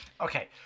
Okay